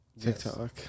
TikTok